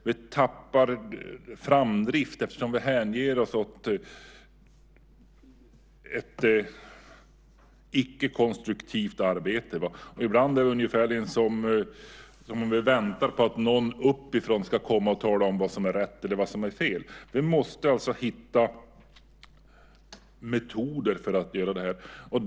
Vi tappar framdrift så att säga eftersom vi hänger oss åt ett icke konstruktivt arbete. Ibland är det nästan som att vi väntar på att någon uppifrån ska komma och tala om vad som är rätt och vad som är fel. Vi måste alltså hitta metoder för att åstadkomma detta.